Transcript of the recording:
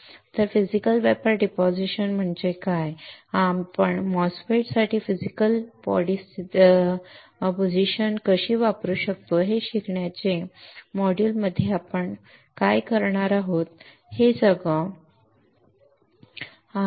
तर physical vapour deposition म्हणजे काय आणि आपण MOSFETs साठी फिजिकल शरीराची स्थिती कशी वापरू शकतो हे शिकवण्याचे हेच कारण आहे